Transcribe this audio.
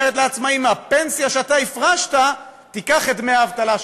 היא אומרת לעצמאי: מהפנסיה שאתה הפרשת קח את דמי האבטלה שלך.